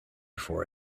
for